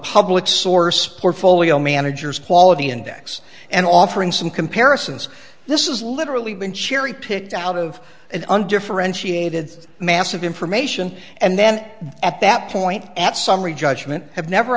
public source portfolio managers quality index and offering some comparisons this is literally been cherry picked out of an undifferentiated mass of information and then at that point at summary judgment have never